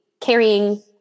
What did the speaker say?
carrying